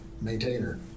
maintainer